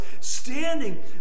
standing